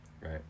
Right